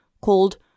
called